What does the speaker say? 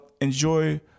enjoy